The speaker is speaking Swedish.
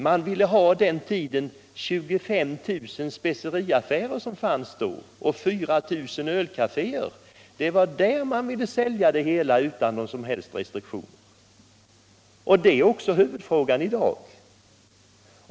På den tiden fanns det 25 000 speceriaffärer och 4 000 ölkaféer, och det var där man ville sälja mellanölet utan någon som helst restriktion. Detta är också huvudfrågan i dag.